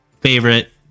favorite